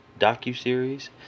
docuseries